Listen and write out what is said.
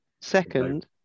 Second